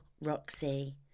Roxy